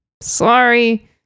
sorry